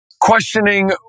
questioning